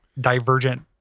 divergent